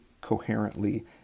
coherently